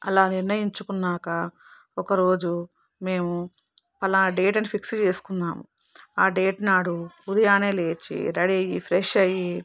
అలా నిర్ణయించుకున్నాక ఒకరోజు మేము ఫలానా డేట్ అని ఫిక్స్ చేసుకున్నాము ఆ డేట్ నాడు ఉదయాన్నే లేచి రెడీ అయ్యి ఫ్రెష్ అయ్యి